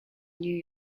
new